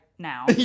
now